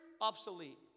obsolete